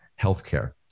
healthcare